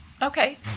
Okay